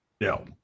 no